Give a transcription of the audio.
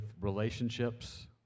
relationships